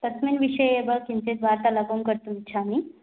तस्मिन् विषये एव किञ्चित् वार्तालापं कर्तुमिच्छामि